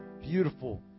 beautiful